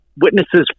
witnesses